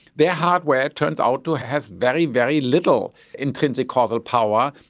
their hardware turns out to have very, very little intrinsic causal power.